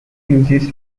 uses